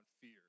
fear